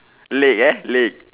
lake uh lake